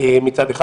מצד אחד,